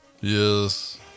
Yes